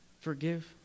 Forgive